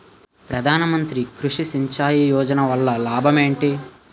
ప్రధాన మంత్రి కృషి సించాయి యోజన వల్ల లాభం ఏంటి?